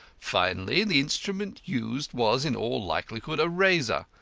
finally, the instrument used was in all likelihood a razor,